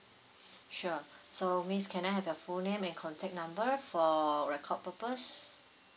sure so miss can I have your full name and contact number for record purpose